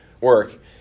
work